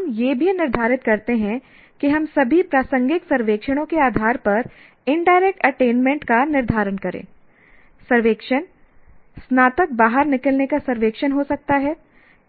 अब हम यह भी निर्धारित करते हैं कि हम सभी प्रासंगिक सर्वेक्षणों के आधार पर इनडायरेक्ट अटेनमेंट का निर्धारण करें सर्वेक्षण स्नातक बाहर निकलने का सर्वेक्षण हो सकता है